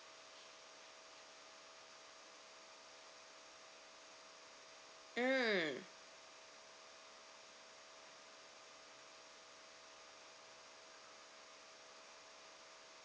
mm